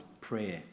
prayer